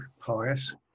pious